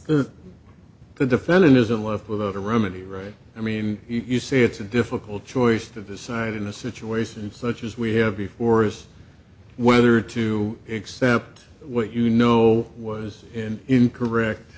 it's the defendant isn't life without a remedy right i mean you say it's a difficult choice to decide in a situation such as we have the forest whether to accept what you know was an incorrect